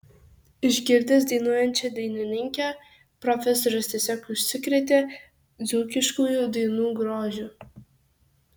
išgirdęs dainuojančią dainininkę profesorius tiesiog užsikrėtė dzūkiškųjų dainų grožiu